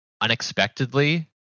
unexpectedly